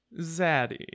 zaddy